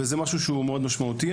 וזה משהו שהוא מאוד משמעותי.